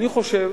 אני חושב,